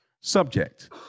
subject